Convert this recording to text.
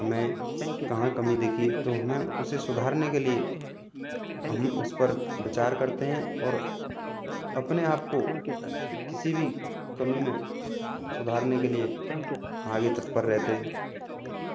हमें कहाँ कमी दिखी तो हमें उसे सुधारने के लिए हम उस पर विचार करते हैं और अपने आप को किसी भी कमी में सुधारने के लिए आगे तत्पर रहते हैं